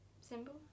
symbol